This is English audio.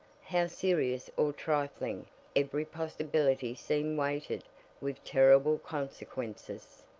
how serious or trifling every possibility seemed weighted with terrible consequences.